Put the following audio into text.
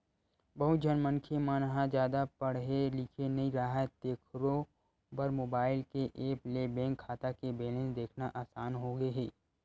बहुत झन मनखे मन ह जादा पड़हे लिखे नइ राहय तेखरो बर मोबईल के ऐप ले बेंक खाता के बेलेंस देखना असान होगे हे